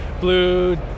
blue